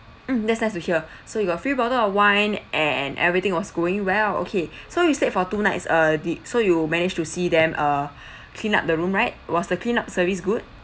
mm that's nice to hear so you got free bottle of wine and everything was going well okay so you stayed for two nights uh did so you managed to see them uh err clean up the room right was the clean up service good